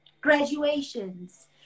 graduations